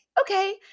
okay